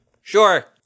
Sure